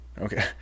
okay